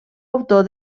autor